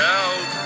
out